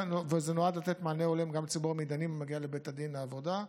זה נועד לתת מענה הולם גם לציבור המתדיינים המגיע לבית הדין לעבודה.